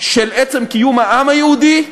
של עצם קיום העם היהודי,